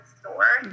store